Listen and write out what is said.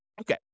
Okay